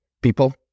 People